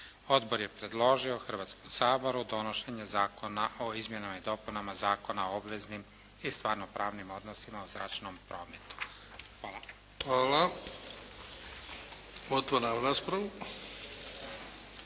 Odbor je predložio Hrvatskom saboru donošenje zakona o izmjenama i dopunama Zakona o obveznik i stvarnopravnim odnosima u zračnom prometu. Hvala. **Bebić, Luka